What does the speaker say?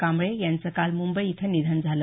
कांबळे यांचं काल मुंबई इथं निधन झालं